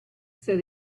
said